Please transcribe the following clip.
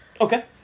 Okay